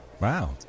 Wow